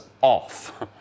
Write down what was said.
off